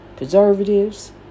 Preservatives